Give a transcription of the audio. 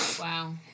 Wow